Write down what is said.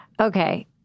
Okay